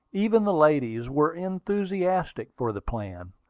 even the ladies, were enthusiastic for the plan.